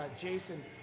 Jason